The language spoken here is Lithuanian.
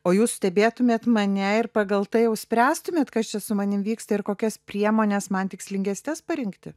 o jūs stebėtumėte mane ir pagal tai jau spręstumėt kas čia su manimi vyksta ir kokias priemones man tikslingesnes parinkti